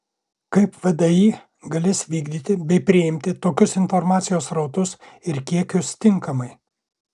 kaip vdi galės vykdyti bei priimti tokius informacijos srautus ir kiekius tinkamai